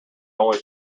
only